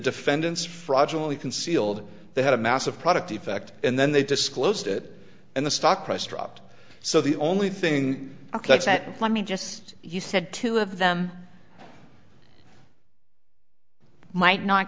defendant's fraudulent concealed they had a massive product defect and then they disclosed it and the stock price dropped so the only thing ok let me just you said two of them might not